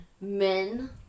Men